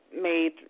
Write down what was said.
made